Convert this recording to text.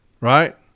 Right